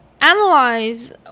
analyze